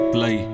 Play